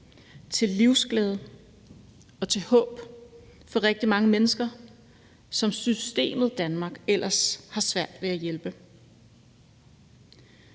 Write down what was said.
til livsglæde og til håb for rigtig mange mennesker, som systemet Danmark ellers har svært ved at hjælpe.